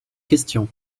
question